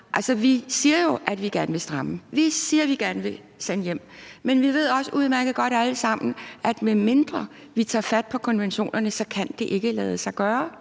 Altså, vi siger jo, at vi gerne vil stramme, vi siger, at vi gerne vil sende hjem, men vi ved også udmærket godt alle sammen, at medmindre vi tager fat på konventionerne, kan det ikke lade sig gøre.